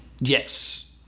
Yes